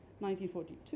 1942